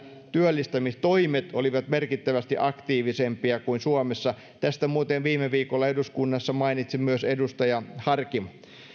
työllistämistoimet olivat merkittävästi aktiivisempia kuin suomessa tästä muuten viime viikolla eduskunnassa mainitsi myös edustaja harkimo